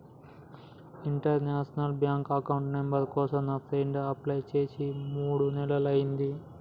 international bank account number కోసం నా friend apply చేసి మూడు నెలలయ్యింది